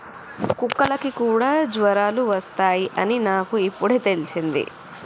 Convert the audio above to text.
కుక్కలకి కూడా జ్వరాలు వస్తాయ్ అని నాకు ఇప్పుడే తెల్సింది